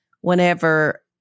whenever